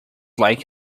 like